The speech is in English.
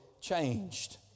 changed